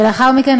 ולאחר מכן,